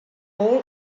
all